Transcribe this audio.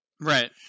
right